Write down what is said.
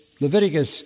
Leviticus